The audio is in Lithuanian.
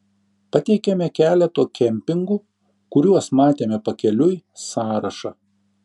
pateikiame keleto kempingų kuriuos matėme pakeliui sąrašą